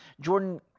Jordan